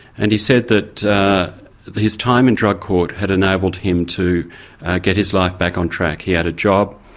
and he said that his time in drug court had enabled him to get his life back on track. he had a job,